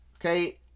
Okay